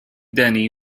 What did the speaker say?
denny